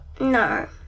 No